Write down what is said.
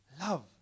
love